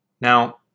Now